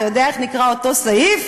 אתה יודע איך נקרא אותו סעיף?